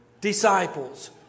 disciples